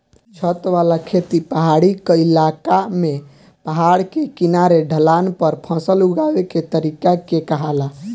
छत वाला खेती पहाड़ी क्इलाका में पहाड़ के किनारे ढलान पर फसल उगावे के तरीका के कहाला